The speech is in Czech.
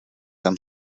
tam